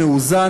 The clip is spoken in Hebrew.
מאוזן,